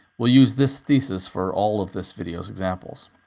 we'll use this thesis for all of this video's examples.